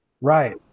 right